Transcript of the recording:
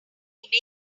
want